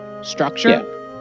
structure